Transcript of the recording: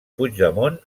puigdemont